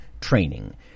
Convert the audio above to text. training